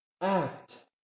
act